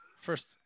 First